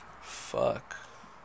Fuck